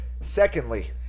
Secondly